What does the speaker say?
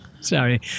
Sorry